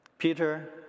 Peter